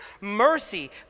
Mercy